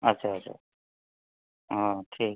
अच्छा अच्छा ओ ठीक